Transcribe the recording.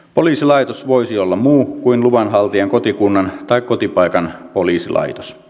poliisilaitos voisi olla muu kuin luvanhaltijan kotikunnan tai kotipaikan poliisilaitos